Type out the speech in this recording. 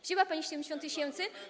Wzięła pani 70 tys.